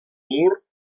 mur